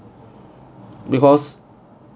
because